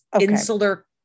insular